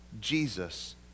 Jesus